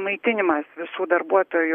maitinimas visų darbuotojų